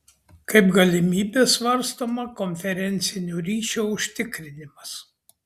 kaip galimybė svarstoma konferencinio ryšio užtikrinimas